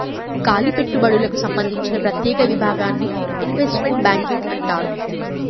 కాలి పెట్టుబడులకు సంబందించిన ప్రత్యేక విభాగాన్ని ఇన్వెస్ట్మెంట్ బ్యాంకింగ్ అంటారు